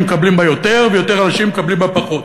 מקבלים בה יותר ויותר אנשים מקבלים בה פחות.